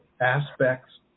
aspects